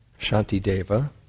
Shantideva